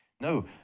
No